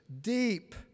deep